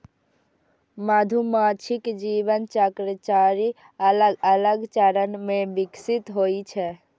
मधुमाछीक जीवन चक्र चारि अलग अलग चरण मे विकसित होइ छै